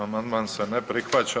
Amandman se ne prihvaća.